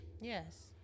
Yes